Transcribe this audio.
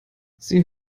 sie